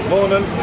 Morning